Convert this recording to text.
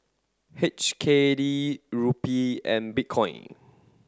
H K D Rupee and Bitcoin